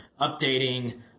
updating